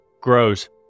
grows